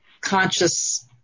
conscious